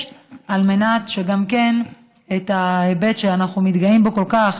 על מנת שגם ההיבט שאנחנו מתגאים בו כל כך,